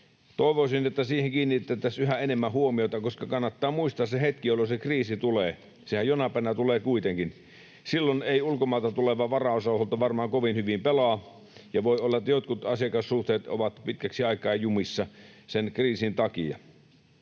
toivoisin, että siihen kiinnitettäisiin yhä enemmän huomiota, koska kannattaa muistaa se hetki, jolloin se kriisi tulee. Sehän jonain päivänä tulee kuitenkin. Silloin ei ulkomailta tuleva varaosahuolto varmaan kovin hyvin pelaa, ja voi olla, että jotkut asiakassuhteet ovat pitkäksi aikaa jumissa sen kriisin takia.